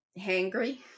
Hangry